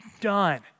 done